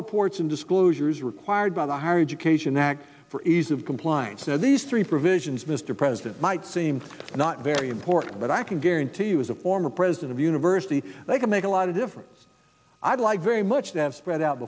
reports and disclosures required by the higher education act for ease of compliance and these three provisions mr president might seem not very important but i can guarantee you as a former president of the university they can make a lot of difference i'd like very much have spread out